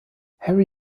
harry